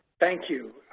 thank you.